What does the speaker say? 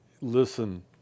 listen